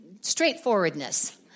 straightforwardness